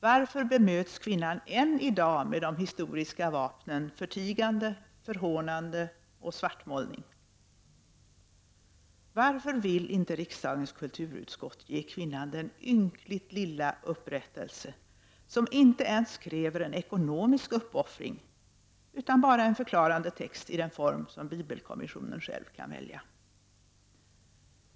Varför bemöts kvinnan än i dag med de historiska vapnen förtigande, förhånande och svartmålande? Varför vill inte riksdagens kulturutskott ge kvinnan den ynkligt lilla upprättelse som inte ens kräver en ekonomisk uppoffring, utan bara en förklarande text i den form som bibelkommissionen kan välja?